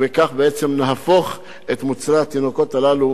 וכך בעצם נהפוך את מוצרי התינוקות הללו